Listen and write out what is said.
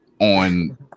on